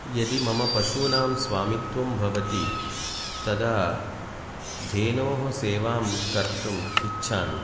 यदि मम पशूनां स्वामित्वं भवति तदा धेनोः सेवां कर्तुम् इच्छामि